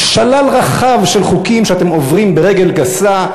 שלל רחב של חוקים שאתם עוברים עליהם ברגל גסה,